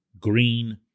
Green